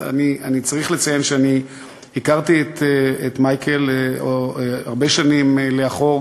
אז אני צריך לציין שאני הכרתי את מייקל הרבה שנים לאחור,